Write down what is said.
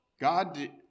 God